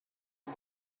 for